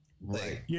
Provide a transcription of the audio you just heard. Right